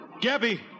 Gabby